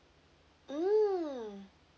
mm